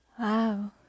Wow